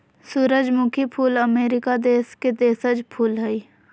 सूरजमुखी फूल अमरीका देश के देशज फूल हइ